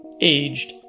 aged